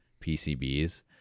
PCBs